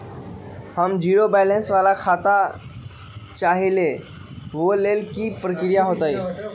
हम zero balance वाला खाता चाहइले वो लेल की की प्रक्रिया होतई?